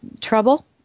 trouble